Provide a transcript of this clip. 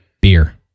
beer